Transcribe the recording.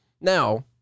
Now